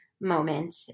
moment